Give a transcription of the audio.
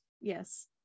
yes